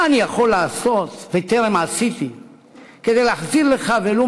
מה אני יכול לעשות וטרם עשיתי כדי להחזיר לך ולו